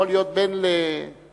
יכול להיות בן לרוטשילד,